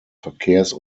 verkehrs